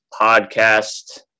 podcast